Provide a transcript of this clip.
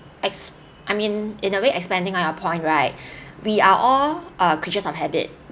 ex~ I mean in a way expanding on our point right we are all uh creatures of habit